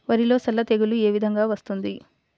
వరిలో సల్ల తెగులు ఏ విధంగా వస్తుంది?